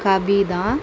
Kavitha